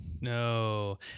No